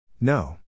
No